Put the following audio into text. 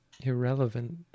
irrelevant